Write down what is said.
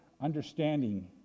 understanding